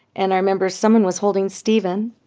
and i remember someone was holding steven.